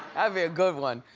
ah be a good one.